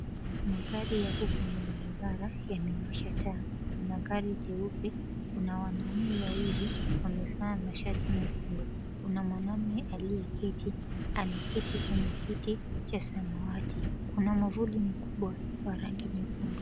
Magari yako kwenye barabara yamewasha taa. Kuna gari jeupe, kuna wanaume wawili wamevaa mashati mekundu, kuna mwanamume aliyeketi ameketi kwenye kiti cha samawati. Kuna mwavuli mkubwa wa rangi nyekundu.